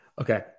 Okay